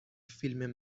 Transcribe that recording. فیلم